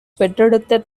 பெற்றெடுத்த